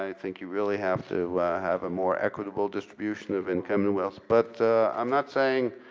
i think you really have to have a more equitable distribution of income and wealth. but i'm not saying